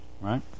right